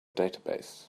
database